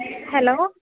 hello